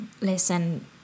listen